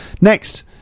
Next